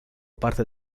parte